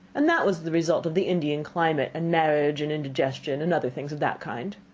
and that was the result of the indian climate, and marriage, and indigestion, and other things of that kind.